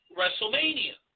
WrestleMania